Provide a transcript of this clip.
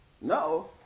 No